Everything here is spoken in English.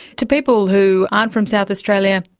to people who aren't from south australia,